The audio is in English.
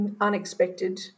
unexpected